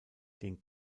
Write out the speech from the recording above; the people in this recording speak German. den